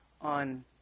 on